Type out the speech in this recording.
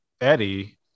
Eddie